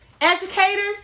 Educators